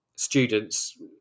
Students